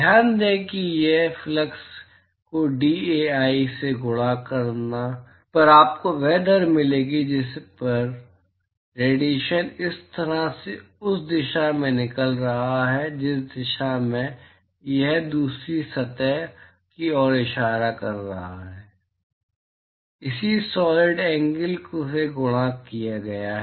ध्यान दें कि यह फ्लक्स को dAi से गुणा करने पर आपको वह दर मिलेगी जिस पर रेडिएशन इस सतह से उस दिशा में निकल रहा है जिस दिशा में यह दूसरी सतह की ओर इशारा कर रहा है इसी सॉलिड एंगल से गुणा किया गया है